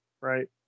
right